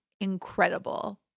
incredible